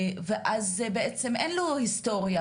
ואז בעצם אין לו היסטורייה.